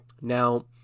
now